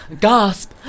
Gasp